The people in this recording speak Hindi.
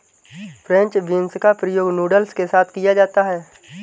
फ्रेंच बींस का प्रयोग नूडल्स के साथ किया जाता है